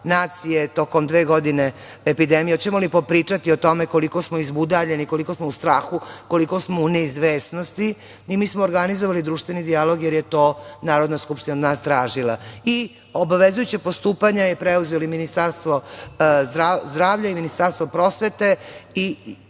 nacije tokom dve godine epidemije, hoćemo li popričati o tome koliko smo izbudaljeni, koliko smo u strahu, koliko smo u neizvesnosti. Mi smo organizovali društveni dijalog, jer je to Narodna skupština od nas tražila. I obavezujuće postupanje preuzelo Ministarstvo zdravlja i Ministarstvo prosvete